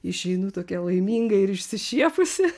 išeinu tokia laiminga ir išsišiepusi